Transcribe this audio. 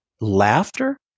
laughter